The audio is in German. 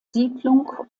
siedlung